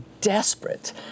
desperate